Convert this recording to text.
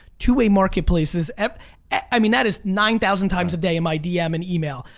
two way marketplaces, i mean that is nine thousand times a day in my dm and email,